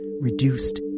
reduced